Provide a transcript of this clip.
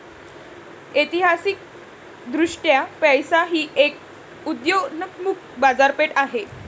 ऐतिहासिकदृष्ट्या पैसा ही एक उदयोन्मुख बाजारपेठ आहे